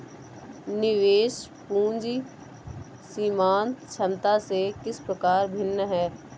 निवेश पूंजी सीमांत क्षमता से किस प्रकार भिन्न है?